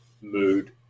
mood